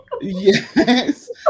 Yes